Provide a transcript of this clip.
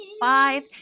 five